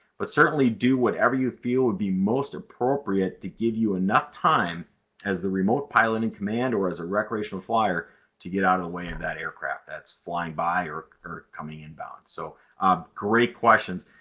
but certainly do whatever you feel would be most appropriate to give you enough time as the remote pilot in command, or as a recreational flier to get out of the way of that aircraft that's flying by or or coming inbound. so great questions!